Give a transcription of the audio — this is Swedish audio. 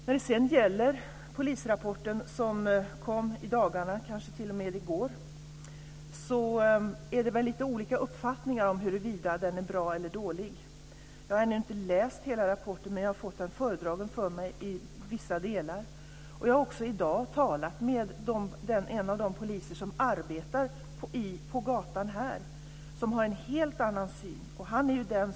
När det sedan gäller den polisrapport som kom i dagarna är det lite olika uppfattningar om huruvida den är bra eller dålig. Jag har ännu inte läst hela rapporten, men jag har fått den föredragen för mig i vissa delar. Jag har också i dag talat med en av de poliser som arbetar på gatan och som har en helt annan syn.